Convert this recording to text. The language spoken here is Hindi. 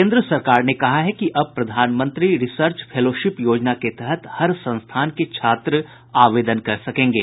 केंद्र सरकार ने कहा है कि अब प्रधानमंत्री रिसर्च फेलोशिप योजना के तहत हर संस्थान के छात्र आवेदन कर सकेंगे